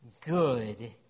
good